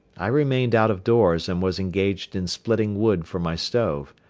i remained out of doors and was engaged in splitting wood for my stove.